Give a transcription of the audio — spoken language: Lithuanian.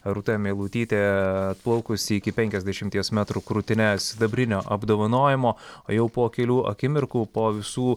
rūta meilutytė atplaukusi iki penkiasdešimties metrų krūtine sidabrinio apdovanojimo o jau po kelių akimirkų po visų